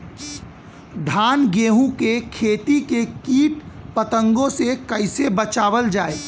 धान गेहूँक खेती के कीट पतंगों से कइसे बचावल जाए?